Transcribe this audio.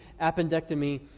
appendectomy